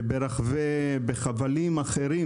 ובחבלים אחרים,